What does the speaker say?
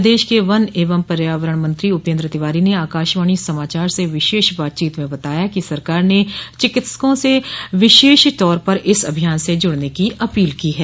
प्रदेश के वन एवं पर्यावरण मंत्री उपेन्द्र तिवारी ने आकाशवाणी समाचार से विशेष बातचीत में बताया कि सरकार ने चिकित्सकों से विशेष तौर पर इस अभियान से जुड़ने की अपील की है